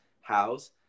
house